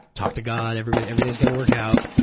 talked to god, everything everything is going to work out.